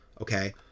okay